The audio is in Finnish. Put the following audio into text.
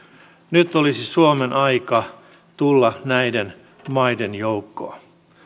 nyt olisi suomen aika tulla näiden maiden joukkoon